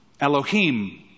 Elohim